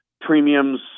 Premiums